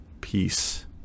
peace